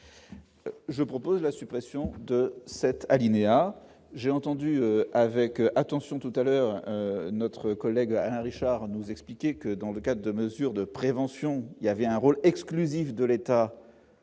Je propose la suppression de cet alinéa, j'ai entendu avec attention tout à l'heure notre collègue Alain Richard nous expliquer que dans le cas de mesures de prévention, il y avait un rôle exclusif de l'État.